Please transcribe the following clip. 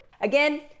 Again